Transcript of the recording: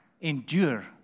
endure